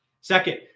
Second